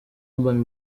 urban